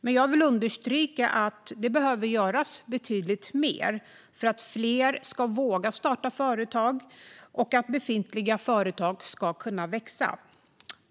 Men jag vill understryka att det behöver göras betydligt mer för att fler ska våga starta företag och för att befintliga företag ska kunna växa.